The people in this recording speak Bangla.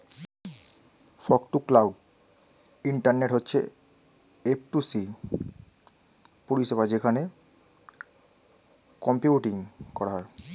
ফগ টু ক্লাউড ইন্টারনেট হচ্ছে এফ টু সি পরিষেবা যেখানে কম্পিউটিং করা হয়